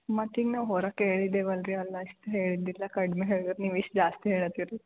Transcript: ಮತ್ತು ಈಗ ನಾವು ಹೊರಗೆ ಕೇಳಿದ್ದೇವಲ್ರಿ ಅಲ್ಲಿ ಅಷ್ಟು ಹೇಳಿದ್ದಿಲ್ಲ ಕಡಿಮೆ ಹೇಳಿದ್ರ್ ನೀವು ಇಷ್ಟು ಜಾಸ್ತಿ ಹೇಳುತ್ತೀರಿ